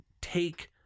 take